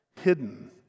hidden